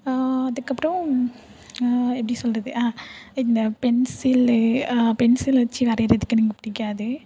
அதுக்கு அப்பறோம் எப்படி சொல்லுறது இந்த பென்சில் பென்சில் வச்சு வரையிறதுக்கு எனக்கு பிடிக்காது